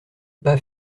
pas